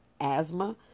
asthma